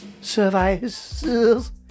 services